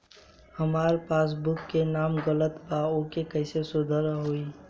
हमार पासबुक मे नाम गलत बा ओके कैसे सुधार होई?